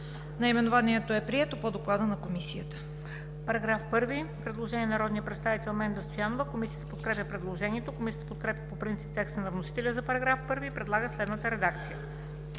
Наименованието е прието по Доклада на Комисията.